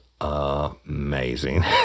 amazing